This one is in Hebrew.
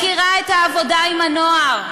מכירה את העבודה עם הנוער,